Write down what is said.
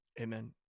Amen